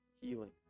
healing